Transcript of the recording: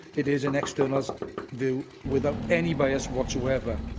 it is an external's view, without any bias whatsoever,